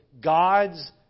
God's